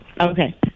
Okay